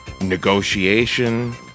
negotiation